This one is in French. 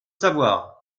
savoir